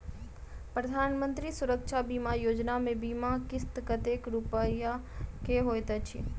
प्रधानमंत्री सुरक्षा बीमा योजना मे बीमा किस्त कतेक रूपया केँ होइत अछि?